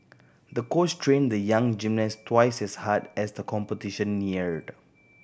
the coach trained the young gymnast twice as hard as the competition neared